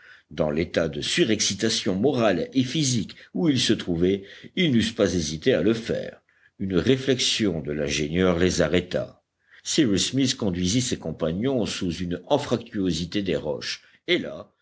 dans l'état de surexcitation morale et physique où ils se trouvaient ils n'eussent pas hésité à le faire une réflexion de l'ingénieur les arrêta cyrus smith conduisit ses compagnons sous une anfractuosité des roches et là